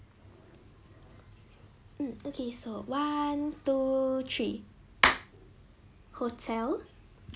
mm okay so one two three hotel